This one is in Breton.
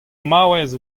maouez